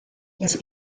das